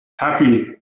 happy